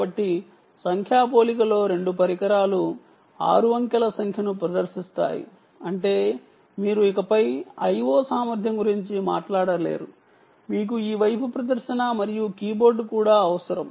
కాబట్టి సంఖ్యా పోలికలో రెండు పరికరాలు 6 అంకెల సంఖ్యను ప్రదర్శిస్తాయి అంటే మీరు ఇకపై I o సామర్ధ్యం గురించి మాట్లాడలేరు మీకు ఈ వైపు ప్రదర్శన మరియు కీబోర్డ్ కూడా అవసరం